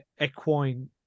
equine